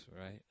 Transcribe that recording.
right